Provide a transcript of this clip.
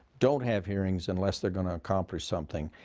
don't have hearings unless they're going to accomplish something,